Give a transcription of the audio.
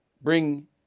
bring